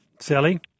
Sally